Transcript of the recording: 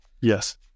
yes